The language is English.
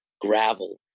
gravel